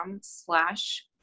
slash